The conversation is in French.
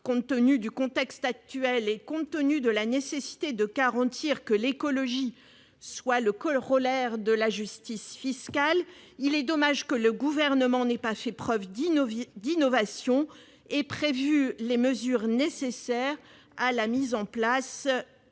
compte tenu du contexte actuel et de la nécessité de garantir que l'écologie soit le corollaire de la justice fiscale, il est dommage qu'il n'ait pas fait preuve d'innovation et prévu les mesures nécessaires à la mise en place de péages